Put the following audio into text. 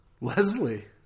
Leslie